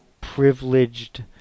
privileged